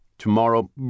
Tomorrow